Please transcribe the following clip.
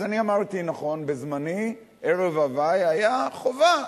אז אני אמרתי: נכון, בזמני ערב הווי היה חובה.